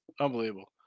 unbelievable